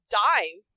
dive